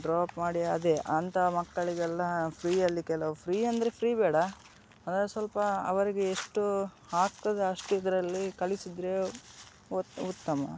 drop ಮಾಡಿ ಅದೇ ಅಂತಹ ಮಕ್ಕಳಿಗೆಲ್ಲ ಫ್ರೀಯಲ್ಲಿ ಕೆಲವು ಫ್ರೀಯಂದ್ರೆ ಫ್ರೀ ಬೇಡ ಅಂದರೆ ಸ್ವಲ್ಪ ಅವರಿಗೆ ಎಷ್ಟು ಆಗ್ತದೆ ಅಷ್ಟು ಇದರಲ್ಲಿ ಕಲಿಸಿದರೆ ಉತ್ ಉತ್ತಮ